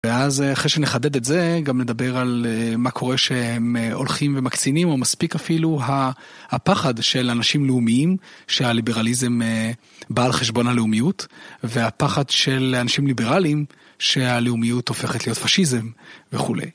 ואז אחרי שנחדד את זה, גם נדבר על מה קורה כשהם הולכים ומקצינים, או מספיק אפילו, הפחד של אנשים לאומיים, שהליברליזם בא על חשבון הלאומיות, והפחד של אנשים ליברליים שהלאומיות הופכת להיות פשיזם וכולי.